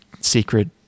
secret